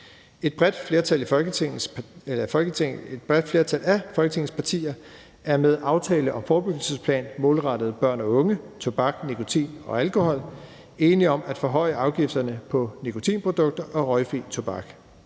Et bredt flertal af Folketingets partier er med aftalen om forebyggelsesplan målrettet børn og unges forbrug af tobak, nikotin og alkohol enige om at forhøje afgifterne på nikotinprodukter og røgfri tobak.